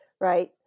Right